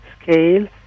scale